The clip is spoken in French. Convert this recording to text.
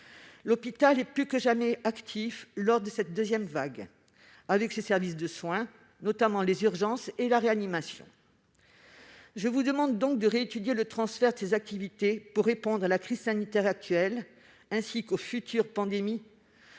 L'hôpital est plus que jamais actif lors de cette deuxième vague, avec ses services de soins, notamment les urgences, et la réanimation. Je vous demande donc, madame la ministre, que soit réétudié le transfert de ses activités pour répondre à la crise sanitaire actuelle, ainsi qu'aux futures pandémies,